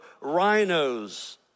rhinos